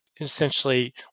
essentially